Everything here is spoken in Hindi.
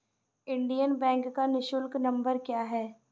इंडियन बैंक का निःशुल्क नंबर क्या है?